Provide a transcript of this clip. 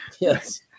Yes